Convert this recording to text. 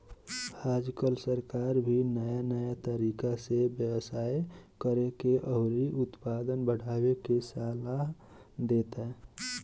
आजकल सरकार भी नाया नाया तकनीक से व्यवसाय करेके अउरी उत्पादन बढ़ावे के सालाह देता